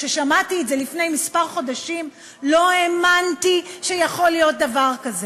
כששמעתי את זה לפני כמה חודשים לא האמנתי שיכול להיות דבר כזה.